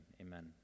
amen